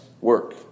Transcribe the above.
work